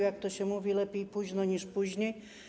Jak to się mówi, lepiej późno niż później.